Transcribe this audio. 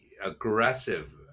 aggressive